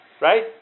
Right